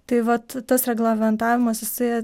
tai vat tas reglamentavimas jisai